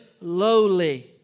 lowly